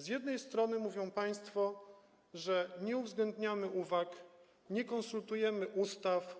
Z jednej strony mówią państwo, że nie uwzględniamy uwag, nie konsultujemy ustaw,